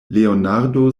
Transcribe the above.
leonardo